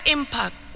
Impact